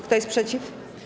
Kto jest przeciw?